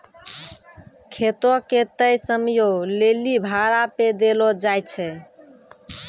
खेतो के तय समयो लेली भाड़ा पे देलो जाय छै